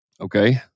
okay